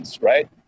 right